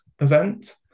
event